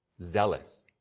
zealous